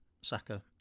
Saka